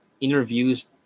interviews